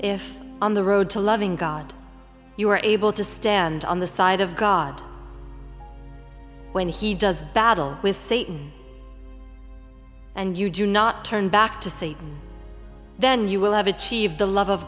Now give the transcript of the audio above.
if on the road to loving god you are able to stand on the side of god when he does battle with satan and you do not turn back to say then you will have achieved the love of